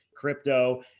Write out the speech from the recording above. crypto